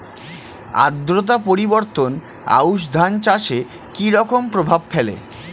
আদ্রতা পরিবর্তন আউশ ধান চাষে কি রকম প্রভাব ফেলে?